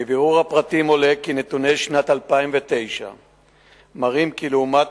מבירור הפרטים עולה כי נתוני שנת 2009 מראים שלעומת